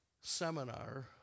seminar